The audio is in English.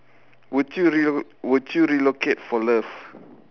would you rel~ would you relocate for love